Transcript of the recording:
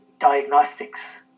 diagnostics